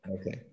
Okay